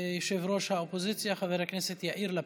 יושב-ראש האופוזיציה חבר הכנסת יאיר לפיד.